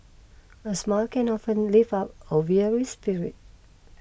a smile can often lift up a very spirit